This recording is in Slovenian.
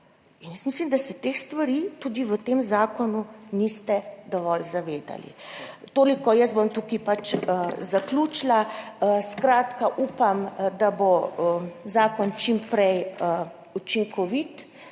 Mislim, da se teh stvari tudi v tem zakonu niste dovolj zavedali. Toliko, jaz bom tukaj zaključila. Upam, da bo zakon čim prej učinkovit.